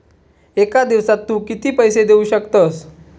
एका दिवसात तू किती पैसे देऊ शकतस?